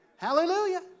Hallelujah